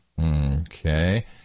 Okay